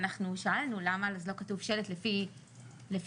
אנחנו שאלנו למה לא כתוב שלט לפי חוק